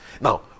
Now